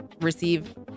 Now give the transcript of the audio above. receive